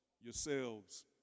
yourselves